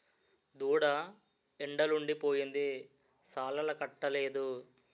దూడ ఎండలుండి పోయింది సాలాలకట్టలేదు